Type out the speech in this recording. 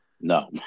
no